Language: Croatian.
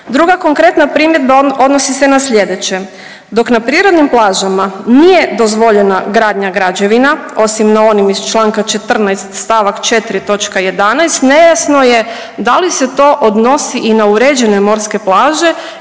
Druga konkretna primjedba odnosi se na slijedeće, dok na prirodnim plažama nije dozvoljena gradnja građevina osim na onim iz čl. 14. st. 4. toč. 11. nejasno je da li se to odnosi i na uređene morske plaže